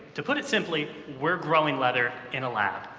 to put it simply, we're growing leather in a lab.